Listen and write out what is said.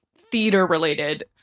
theater-related